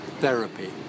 therapy